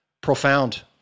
profound